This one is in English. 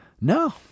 No